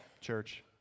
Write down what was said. church